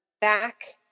back